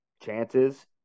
chances